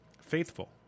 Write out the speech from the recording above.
faithful